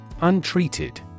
Untreated